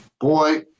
boy